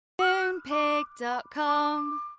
Moonpig.com